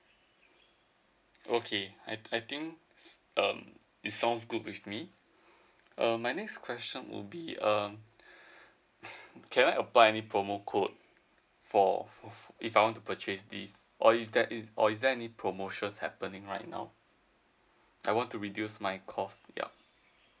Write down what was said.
okay I I think um it sounds good with me err my next question will be um can I apply promo code for if I want to purchase this or if that is or is there any promotions happening right now I want to reduce my cost yup